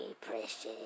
precious